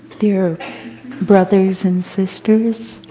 dear brothers and sisters,